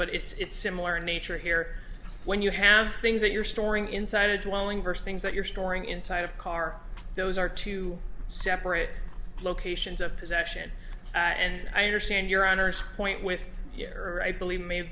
but it's similar in nature here when you have things that you're storing inside a dwelling verse things that you're storing inside of car those are two separate locations of possession and i understand your honor's point with yer i believe it may have